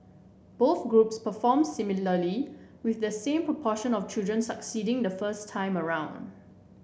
both groups perform similarly with the same proportion of children succeeding the first time around